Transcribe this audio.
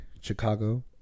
Chicago